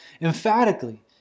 emphatically